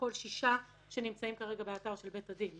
הכול שישה נמצאים כרגע באתר בית הדין.